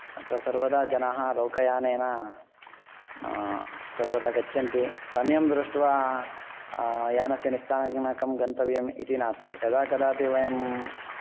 अत्र सर्वदा जनाः लोकयानेन सर्वदा गच्छन्ति समयं दृष्ट्वा यानस्य निस्थानकं गन्तव्यम् इति नास्ति यदा कदापि वयं